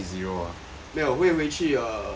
没有回去 uh